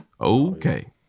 Okay